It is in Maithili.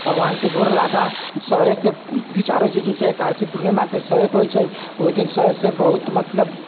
भगवानके गोर लागह सहयके विचारैत छै जैसे कार्तिक पूर्णिमाकेँ सहयके होइत छै ओहि दिन सहयसँ बहुत मतलब